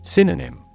Synonym